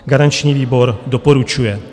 Garanční výbor doporučuje.